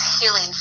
healing